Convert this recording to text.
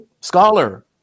scholar